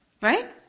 Right